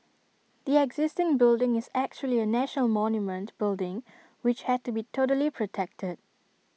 the existing building is actually A national monument building which had to be totally protected